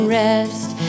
rest